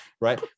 Right